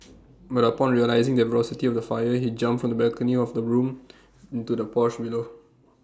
but upon realising the ferocity of the fire he jumped from the balcony of the bedroom onto the porch below